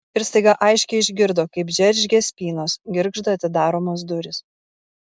ir staiga aiškiai išgirdo kaip džeržgia spynos girgžda atidaromos durys